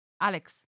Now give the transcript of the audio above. Alex